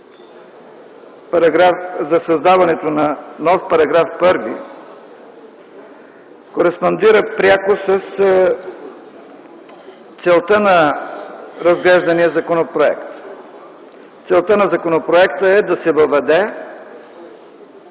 за създаването на нов § 1 кореспондира пряко с целта на разглеждания законопроект. Целта на законопроекта е да се въведе